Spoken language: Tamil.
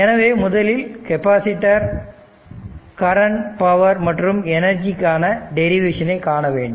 எனவே முதலில் கெப்பாசிட்டர் கரண்ட் பவர் மற்றும் எனர்ஜிக்கான current power and energy டெரிவேஷனை காண வேண்டும்